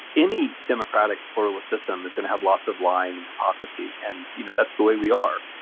any democratic pluralist system is going to have lots of lying and hypocrisy, and you know that's the way we are.